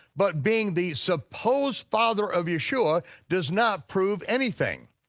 but being the supposed father of yeshua does not prove anything.